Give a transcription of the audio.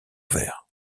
vert